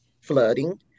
flooding